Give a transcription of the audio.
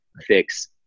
fix